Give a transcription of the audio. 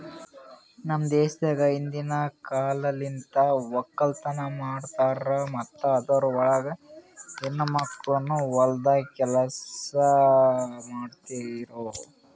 ನಮ್ ದೇಶದಾಗ್ ಹಿಂದಿನ್ ಕಾಲಲಿಂತ್ ಒಕ್ಕಲತನ ಮಾಡ್ತಾರ್ ಮತ್ತ ಅದುರ್ ಒಳಗ ಹೆಣ್ಣ ಮಕ್ಕಳನು ಹೊಲ್ದಾಗ್ ಕೆಲಸ ಮಾಡ್ತಿರೂ